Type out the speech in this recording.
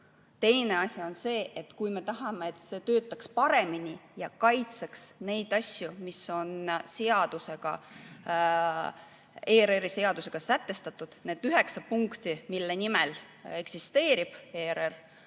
Teine asi on see, et kui me tahame, et see töötaks paremini ja kaitseks neid asju, mis on ERR‑i seadusega sätestatud – need on need üheksa punkti, mille nimel eksisteerib ERR